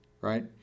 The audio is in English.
right